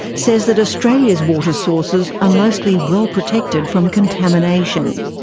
says that australia's water sources are mostly well protected from contamination.